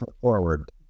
forward